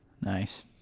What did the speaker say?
Nice